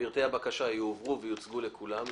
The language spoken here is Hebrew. פרטי הבקשה יועברו ויוצגו לכולם,